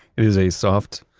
it is a soft,